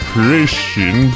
Christian